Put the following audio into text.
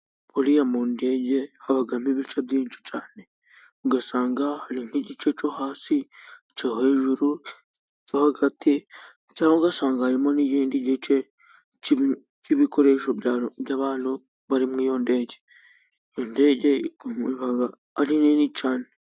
Buriya mu ndege habamo ibice byinshi cyane ugasanga hari nk'igice cyo hasi ,cyo hejuru, icyo hagati cyangwa ugasanga harimo n'ikindi gice k'ibikoresho by'abantu bari muri iyo ndege iyo ndege ari nini cyane.